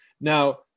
Now